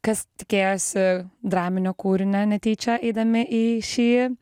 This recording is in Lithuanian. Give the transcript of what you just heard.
kas tikėjosi draminio kūrinio netyčia eidami į šį